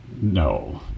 no